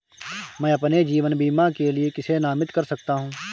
मैं अपने जीवन बीमा के लिए किसे नामित कर सकता हूं?